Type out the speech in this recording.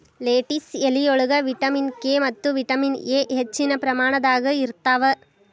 lettuce ಎಲಿಯೊಳಗ vitamin K ಮತ್ತ vitamin A ಹೆಚ್ಚಿನ ಪ್ರಮಾಣದಾಗ ಇರ್ತಾವ